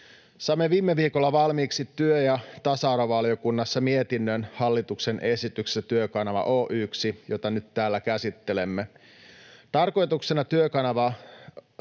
Saimme viime viikolla työ- ja tasa-arvovaliokunnassa valmiiksi mietinnön hallituksen esityksestä Työkanava Oy:ksi, jota nyt täällä käsittelemme. Tarkoituksena Työkanavassa